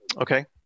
Okay